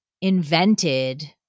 invented